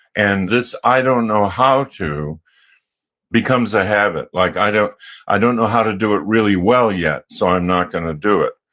and this i don't know how to becomes a habit. like i don't i don't know how to do it really well yet, so i'm not going to do it,